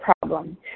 problem